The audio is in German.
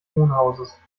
wohnhauses